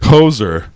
Hoser